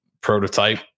prototype